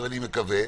אני מקווה,